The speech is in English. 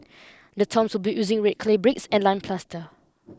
the tombs were built using red clay bricks and lime plaster